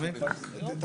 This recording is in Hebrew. לומר